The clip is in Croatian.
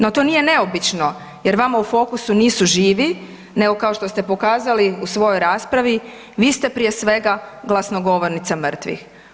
No to nije neobično jer vama u fokusu nisu živi nego kao što ste pokazali u svojoj raspravi, vi ste prije svega glasnogovornica mrtvih.